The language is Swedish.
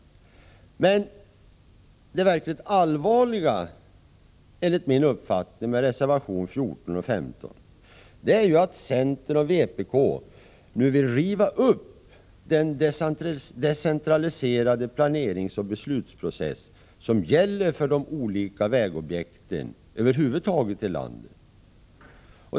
Det verkligt allvarliga, enligt min uppfattning, med reservationerna 14 och 15 är att centern och vpk nu vill riva upp den decentraliserade planeringsoch beslutsprocess som gäller för de olika vägobjekten över huvud taget i landet.